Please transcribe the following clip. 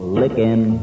licking